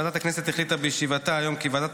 ועדת הכנסת החליטה בישיבתה היום כי ועדת